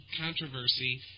controversy